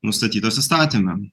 nustatytas įstatyme